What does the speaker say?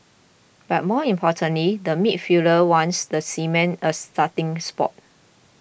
but more importantly the midfielder wants the cement a starting spot